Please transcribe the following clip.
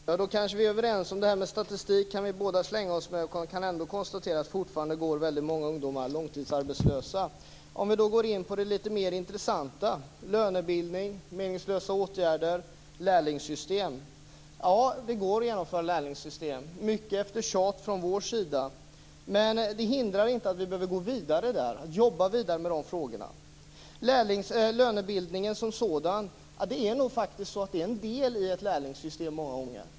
Fru talman! Då kanske vi är överens om detta med statistik. Vi kan båda slänga oss med den och ändå konstatera att väldigt många ungdomar fortfarande går långtidsarbetslösa. Låt oss då gå in på det lite mer intressanta, nämligen lönebildning, meningslösa åtgärder och lärlingssystem. Det går att genomföra lärlingssystemet efter mycket tjat från vår sida. Men det hindrar inte att vi behöver gå vidare och jobba vidare med de frågorna. Det är nog faktiskt så att lönebildningen många gånger är en del i ett lärlingssystem.